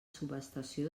subestació